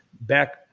back